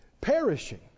perishing